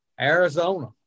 Arizona